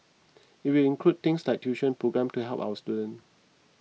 it will include things like tuition programmes to help our students